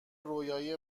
رویایی